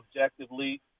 objectively